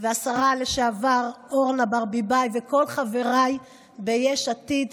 והשרה לשעבר אורנה ברביבאי וכל חבריי ביש עתיד,